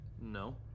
No